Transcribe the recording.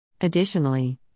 Additionally